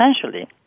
essentially